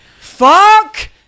Fuck